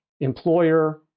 employer